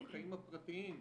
בחיים הפרטיים,